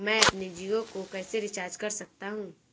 मैं अपने जियो को कैसे रिचार्ज कर सकता हूँ?